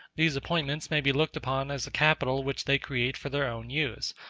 these appointments may be looked upon as a capital which they create for their own use,